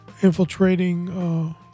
infiltrating